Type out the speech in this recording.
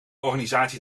organisatie